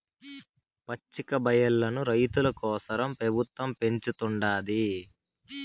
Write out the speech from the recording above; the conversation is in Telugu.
పచ్చికబయల్లను రైతుల కోసరం పెబుత్వం పెంచుతుండాది